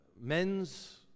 men's